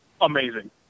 amazing